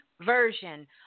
version